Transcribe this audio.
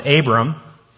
Abram